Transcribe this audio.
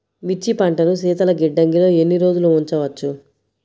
మిర్చి పంటను శీతల గిడ్డంగిలో ఎన్ని రోజులు ఉంచవచ్చు?